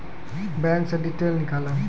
Bank से detail नीकालव?